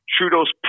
Trudeau's